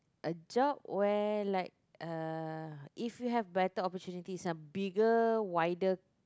a job where like uh if you have better opportunities it's a bigger wider